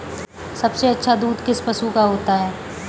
सबसे अच्छा दूध किस पशु का होता है?